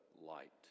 Light